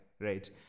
right